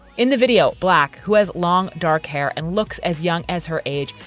in the video, black, who has long, dark hair and looks as young as her age,